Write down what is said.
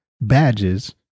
badges